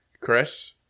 Chris